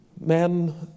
men